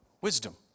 wisdom